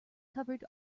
covered